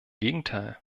gegenteil